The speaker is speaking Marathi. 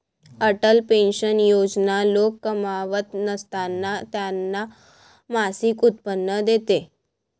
अटल पेन्शन योजना लोक कमावत नसताना त्यांना मासिक उत्पन्न देते